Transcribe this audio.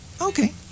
okay